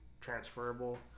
transferable